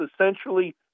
essentially